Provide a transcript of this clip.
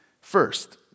First